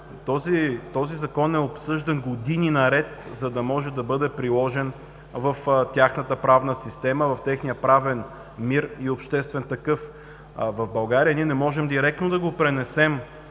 този Закон е обсъждан години наред, за да може да бъде приложен в тяхната правна система, в техния правен мир и обществен такъв. В България ние не можем директно да пренесем